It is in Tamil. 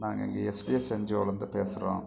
நாங்கள் இங்கே எஸ்டிஎஸ் என்ஜிஓலருந்து பேசுகிறோம்